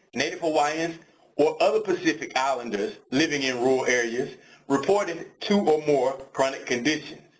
native hawaiians or other pacific islanders living in rural areas reported two or more chronic conditions.